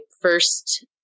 first